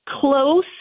close